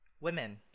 women